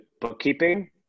bookkeeping